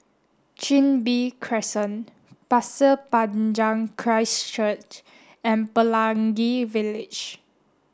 Chin Bee Crescent Pasir Panjang Christ Church and Pelangi Village